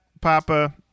Papa